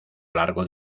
largo